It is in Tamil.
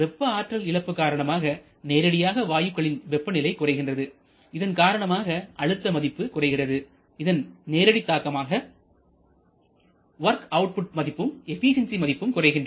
வெப்ப ஆற்றல் இழப்பு காரணமாக நேரடியாக வாயுக்களின் வெப்பநிலை குறைகிறது இதன் காரணமாக அழுத்த மதிப்பு குறைகிறது இதன் நேரடி தாக்கமாக வொர்க் அவுட்புட் மதிப்பும் எபிசியன்சி மதிப்பும் குறைகின்றன